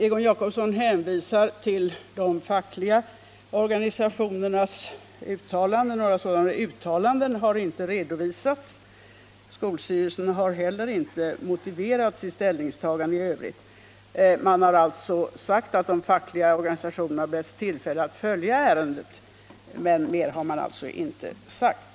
Egon Jacobsson hänvisar till de fackliga organisationernas uttalanden. Några sådana uttalanden har inte redovisats. Skolstyrelsen har heller inte i beslutsprotokoll motiverat sitt ställningstagande i övrigt. Den har uppgivit att de fackliga organisationerna beretts tillfälle att följa ärendet, men mer har man inte sagt.